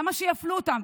למה שיפלו אותם?